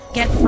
Get